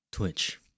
Twitch